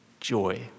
joy